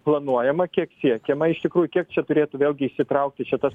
planuojama kiek siekiama iš tikrųjų kiek čia turėtų vėlgi įsitraukti į čia tas